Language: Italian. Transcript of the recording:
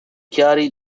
chiari